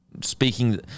speaking